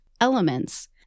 elements